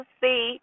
see